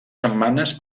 setmanes